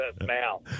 now